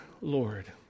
Lord